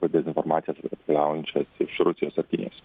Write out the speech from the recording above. tas dezinformacijas atkeliaujančias iš rusijos ir kinijos